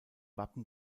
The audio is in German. wappen